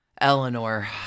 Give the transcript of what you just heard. Eleanor